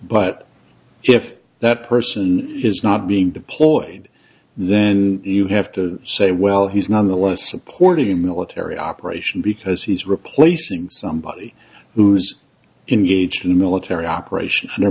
but if that person is not being deployed then you have to say well he's none the less supportive a military operation because he's replacing somebody who's engaged in a military operation or